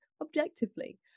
objectively